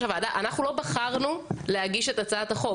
הוועדה שאנחנו לא בחרנו להגיש את הצעת החוק.